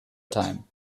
time